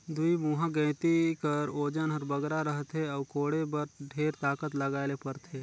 दुईमुहा गइती कर ओजन हर बगरा रहथे अउ कोड़े बर ढेर ताकत लगाए ले परथे